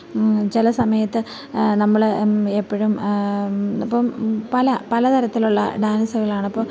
ചില സമയത്ത് നമ്മൾ എപ്പോഴും ഇപ്പം പല പല തരത്തിലുള്ള ഡാൻസുകളാണിപ്പം